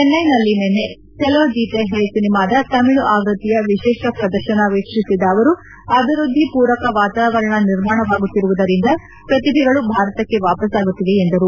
ಚೆನ್ನೈನಲ್ಲಿ ನಿನ್ನೆ ಚಲೋ ಜೀತೇ ಹೈ ಸಿನಿಮಾದ ತಮಿಳು ಆವೃತ್ತಿಯ ವಿಶೇಷ ಪ್ರದರ್ಶನ ವೀಕ್ಷಿಸಿದ ಅವರು ಅಭಿವ್ನದ್ದಿ ಪೂರಕ ವಾತಾವರಣ ನಿರ್ಮಾಣವಾಗಿರುವುದರಿಂದ ಪ್ರತಿಭೆಗಳು ಭಾರತಕ್ಕೆ ವಾಪಸ್ನಾಗುತ್ತಿವೆ ಎಂದರು